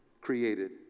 Created